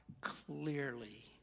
clearly